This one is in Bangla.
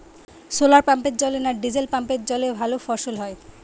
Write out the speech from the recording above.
শোলার পাম্পের জলে না ডিজেল পাম্পের জলে ভালো ফসল হয়?